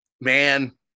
man